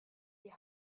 die